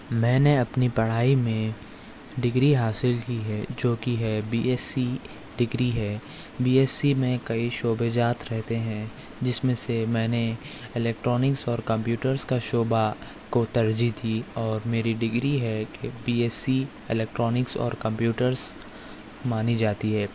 میں نے اپنی پڑھائی میں ڈگری حاصل کی ہے جو کہ ہے بی ایس سی ڈگری ہے بی ایس سی میں کئی شعبے جات رہتے ہیں جس میں سے میں نے الیکٹرانکس اور کمپیوٹرس کا شعبہ کو ترجیح دی اور میری ڈگری ہے کہ بی ایس سی الیکٹرانکس اور کمپیوٹرس مانی جاتی ہے